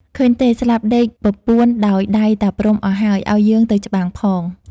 ឃើញទេ ស្លាប់ដេកពពួនដោយដៃតាព្រហ្មអស់ហើយ ឱ្យយើងទៅច្បាំងផង។